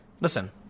Listen